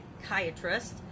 psychiatrist